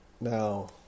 Now